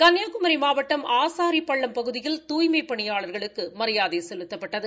கன்னியாகுமரி மாவட்டம் ஆளரிபள்ளம் பகுதியில் தூய்மைப் பணியாளா்களுக்கு மரியாதை செலத்தப்பட்டது